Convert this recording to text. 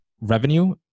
revenue